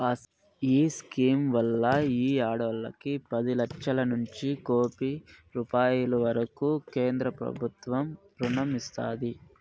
ఈ స్కీమ్ వల్ల ఈ ఆడోల్లకి పది లచ్చలనుంచి కోపి రూపాయిల వరకూ కేంద్రబుత్వం రుణం ఇస్తాది